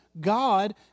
God